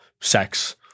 sex